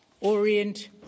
Orient